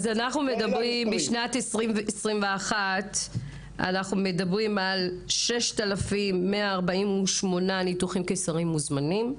בשנת 2021 אנחנו מדברים על 6,148 ניתוחים קיסרים מוזמנים,